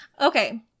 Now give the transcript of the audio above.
okay